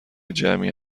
جمعی